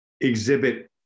exhibit